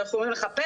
אתם יכולים לחפש,